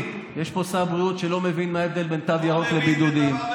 יש פה שר בריאות שלא מבין מה ההבדל בין בידוד לבין תו ירוק.